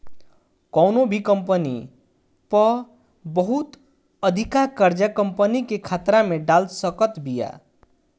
कवनो भी कंपनी पअ बहुत अधिका कर्जा कंपनी के खतरा में डाल सकत बिया